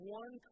one